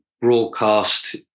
broadcast